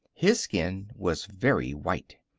his skin was very white.